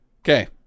Okay